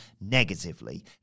negatively